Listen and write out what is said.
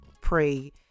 pray